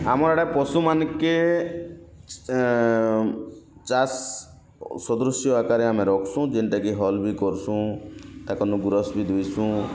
ଆମ ଆଡ଼େ ପଶୁ ମାନକେ ଚାଷ୍ ସଦୃଶ୍ୟ ଆକାରରେ ଆମେ ରଖ୍ସୁଁ ଯିନ୍ତା କି ହଲ୍ ବି କର୍ସୁଁ ତାଙ୍କ ନୁ ଗୁରସ୍ ବି ଦିସୁଁ